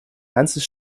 ganzes